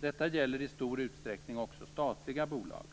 Detta gäller i stor utsträckning också statliga bolag.